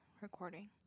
recording